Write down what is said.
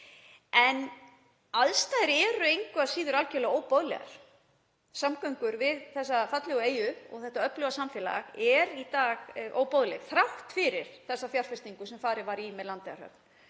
En aðstæður eru engu að síður algerlega óboðlegar. Samgöngur við þessa fallegu eyju og þetta öfluga samfélag eru í dag óboðlegar þrátt fyrir þessa fjárfestingu sem farið var í með Landeyjahöfn.